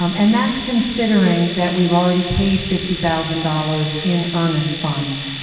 um and that's considering that we've already paid fifty thousand dollars in earnest funds.